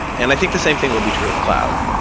and i think the same thing will be true with cloud,